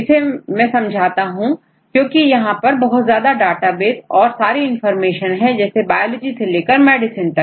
इसे मैं समझाता हूं क्योंकि यहां पर बहुत ज्यादा डेटाबेस और सारी इनफार्मेशन है जैसे बायोलॉजी से लेकर मेडिसिन तक